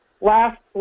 last